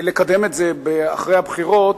לקדם את זה אחרי הבחירות,